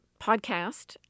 podcast